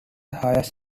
highest